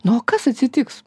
nu o kas atsitiks